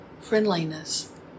friendliness